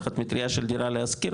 תחת מטרייה של דירה להשכיר,